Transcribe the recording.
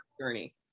journey